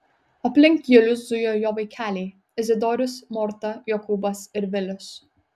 aplink julių zujo jo vaikeliai izidorius morta jokūbas ir vilius